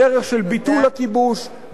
בדרך של ביטול הכיבוש,